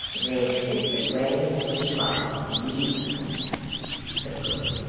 this is the way to keep off fever said quilp,